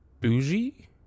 Bougie